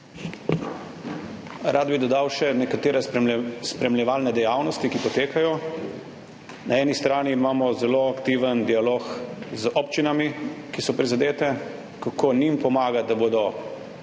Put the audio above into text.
Rad bi dodal še nekatere spremljevalne dejavnosti, ki potekajo. Na eni strani imamo zelo aktiven dialog z občinami, ki so prizadete, kako njim pomagati, da se bodo